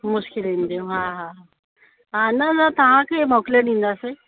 मुश्किलु ईंदियूं हा हा हा न न तव्हांखे मोकिले ॾींदासीं